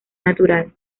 natural